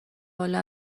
والا